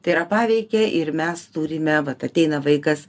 tai yra paveikia ir mes turime vat ateina vaikas